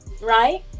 right